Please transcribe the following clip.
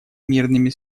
мирными